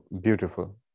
beautiful